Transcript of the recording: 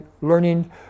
learning